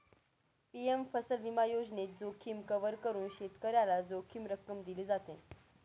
PM फसल विमा योजनेत, जोखीम कव्हर करून शेतकऱ्याला जोखीम रक्कम दिली जाते